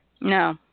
no